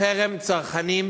חרם צרכנים,